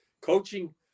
coaching